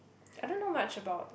I don't know much about